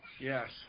Yes